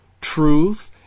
truth